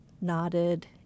nodded